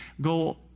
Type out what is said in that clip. go